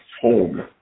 home